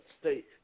State